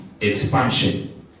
expansion